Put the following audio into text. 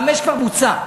חמש כבר בוצע.